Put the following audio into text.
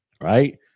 Right